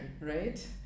right